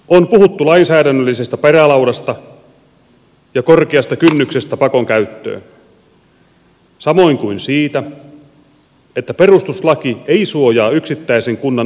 on puhuttu lainsäädännöllisestä perälaudasta ja korkeasta kynnyksestä pakon käyttöön samoin kuin siitä että perustuslaki ei suojaa yksittäisen kunnan olemassaoloa